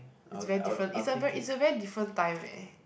is very different is a very is a very different time eh